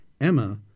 Emma